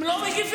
הם לא מגיבים.